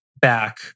back